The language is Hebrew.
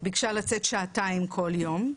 ביקשה לצאת שעתיים כל יום,